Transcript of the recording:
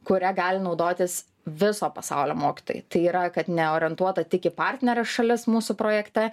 kuria gali naudotis viso pasaulio mokytojai tai yra kad ne orientuota tik į partneres šalis mūsų projekte